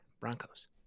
Broncos